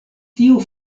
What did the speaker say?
tiu